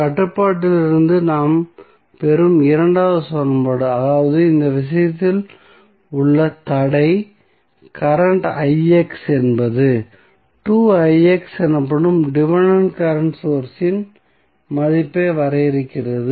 கட்டுப்பாட்டிலிருந்து நாம் பெறும் இரண்டாவது சமன்பாடு அதாவது இந்த விஷயத்தில் உள்ள தடை கரண்ட் என்பது எனப்படும் டிபென்டென்ட் கரண்ட் சோர்ஸ் இன் மதிப்பை வரையறுக்கிறது